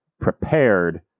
prepared